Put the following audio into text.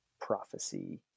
prophecy